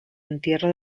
entierro